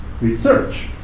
research